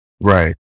Right